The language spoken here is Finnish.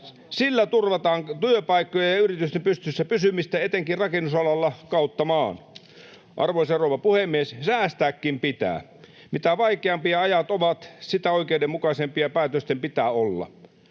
Sillä turvataan työpaikkoja ja yritysten pystyssä pysymistä etenkin rakennusalalla kautta maan. Arvoisa rouva puhemies! Säästääkin pitää. Mitä vaikeampia ajat ovat, sitä oikeudenmukaisempia päätösten pitää olla.